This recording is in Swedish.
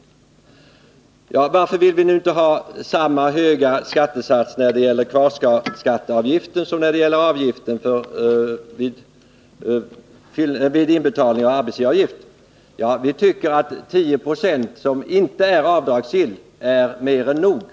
Frågan har ställts: Varför vill vi nu inte ha samma höga skattesats när det gäller kvarskatteavgift som när det gäller avgiften på kvarstående arbetsgivaravgifter? Vi tycker att en avgift på 10 76 som inte är avdragsgill är mer än nog.